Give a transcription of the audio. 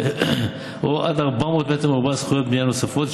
או עד 400 מ"ר זכויות בנייה נוספות,